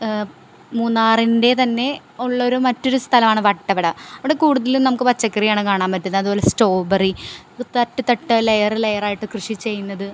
മൂന്നാറിൻ്റെ തന്നെ ഉള്ളൊരു മറ്റൊരു സ്ഥലമാണ് വട്ടവട അവിടെ കൂടുതലും നമുക്ക് പച്ചക്കറിയാണ് കാണാൻ പറ്റുന്നത് അതുപൊലെ സ്ട്രോബെറി തട്ട് തട്ട് ലെയറ് ലെയറായിട്ട് കൃഷി ചെയ്യുന്നത്